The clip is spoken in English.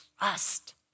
trust